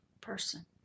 person